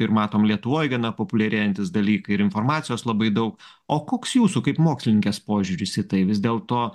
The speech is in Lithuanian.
ir matom lietuvoj gana populiarėjantys dalykai ir informacijos labai daug o koks jūsų kaip mokslininkės požiūris į tai vis dėl to